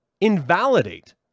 invalidate